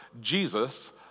Jesus